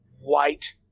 white